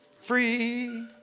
Free